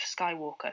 Skywalker